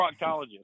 proctologist